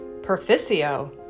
Perficio